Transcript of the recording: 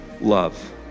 love